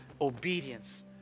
Obedience